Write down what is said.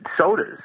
sodas